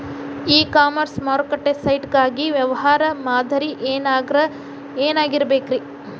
E commerce ಮಾರುಕಟ್ಟೆ site ಗಾಗಿ ವ್ಯವಹಾರ ಮಾದರಿ ಏನಾಗಿರಬೇಕ್ರಿ?